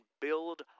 build